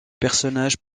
personnages